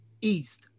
East